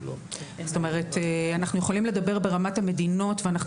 אנחנו יכולים לדבר ברמת המדינות ואנחנו